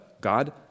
God